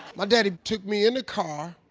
my daddy took me in the car,